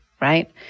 right